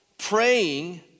Praying